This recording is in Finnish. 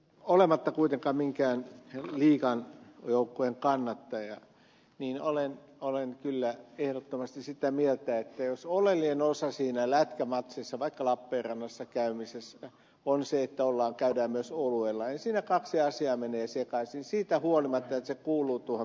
olematta kuitenkaan minkään liigan joukkueen kannattaja niin olen kyllä ehdottomasti sitä mieltä että jos oleellinen osa siinä lätkämatsissa vaikka lappeenrannassa käymisessä on se että käydään myös oluella niin siinä kaksi asiaa menee sekaisin siitä huolimatta että se kuuluu tuohon bisnekseen